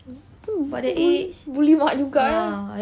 itu buli buli mak juga eh